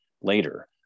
later